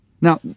Now